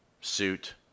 suit